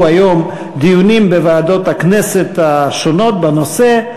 היום דיונים בוועדות הכנסת השונות בנושא,